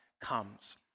comes